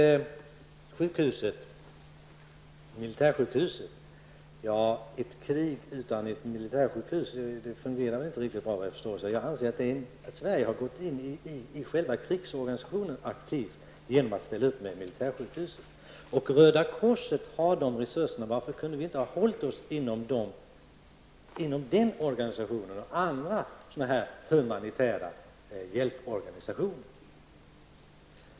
Vidare har vi militärsjukhuset. Ett krig fungerar inte så bra utan ett militärsjukhus. Jag anser att Sverige aktivt har gått in i krigsorganisationen genom att ställa upp med ett militärsjukhus. Röda korset har resurserna. Varför har vi inte kunnat hålla oss inom den organisationen och andra humanitära hjälporganisationer?